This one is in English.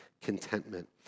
contentment